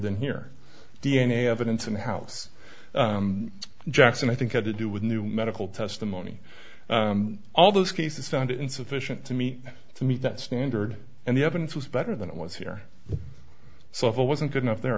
than here d n a evidence and house jackson i think had to do with new medical testimony all those cases found insufficient to meet to meet that standard and the evidence was better than it was here so if it wasn't good enough there